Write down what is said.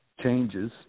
changes